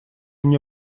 мне